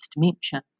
dementia